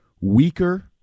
weaker